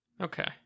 Okay